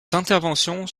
interventions